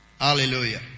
Hallelujah